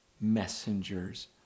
messengers